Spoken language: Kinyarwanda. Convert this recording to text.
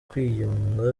kwiyunga